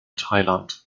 thailand